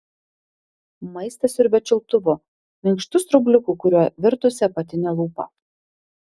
maistą siurbia čiulptuvu minkštu straubliuku kuriuo virtusi apatinė lūpa